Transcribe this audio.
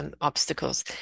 obstacles